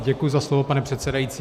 Děkuji za slovo, pane předsedající.